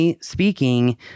speaking